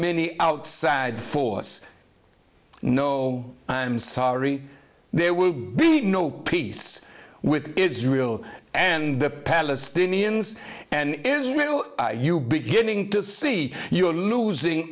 any outside force no i'm sorry there will be no peace with israel and the palestinians and israel are you beginning to see you are losing